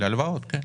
כן.